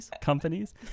companies